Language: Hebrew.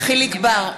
יחיאל חיליק בר,